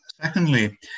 Secondly